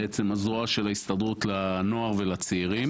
בעצם, הזרוע של ההסתדרות לנוער ולצעירים.